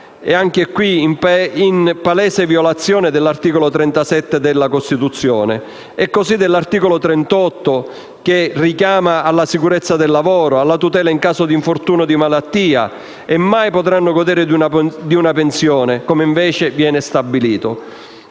caso in palese violazione degli articoli 37 e 38 della Costituzione, che richiamano alla sicurezza del lavoro, alla tutela in caso di infortunio o di malattia - e mai potranno godere di una pensione, come invece viene stabilito.